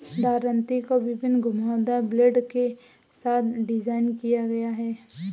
दरांती को विभिन्न घुमावदार ब्लेड के साथ डिज़ाइन किया गया है